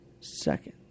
second